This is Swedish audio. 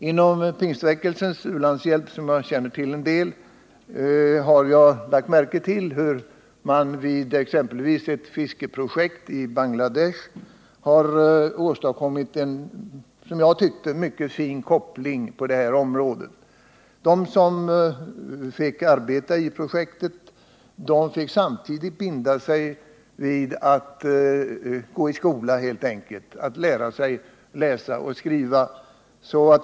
Inom Pingstväckelsens u-landshjälp, som jag något känner till, har jag lagt märke till att man t.ex. i ett fiskeprojekt i Bangladesh har åstadkommit en, som jag tycker, mycket fin koppling. De som fick arbeta i projektet fick samtidigt binda sig för att gå i skola, att lära sig läsa och skriva.